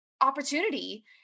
opportunity